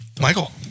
Michael